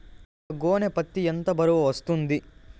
ఒక గోనె పత్తి ఎంత బరువు వస్తుంది?